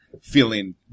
feeling